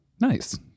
Nice